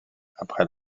après